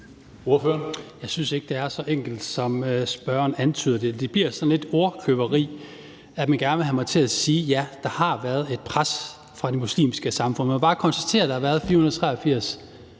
Jeg synes ikke, det er så enkelt, som spørgeren antyder. Det bliver sådan lidt ordkløveri, at man gerne vil have mig til at sige: Ja, der har været et pres fra det muslimske samfund. Man må bare konstatere, at der har været 483